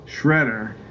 Shredder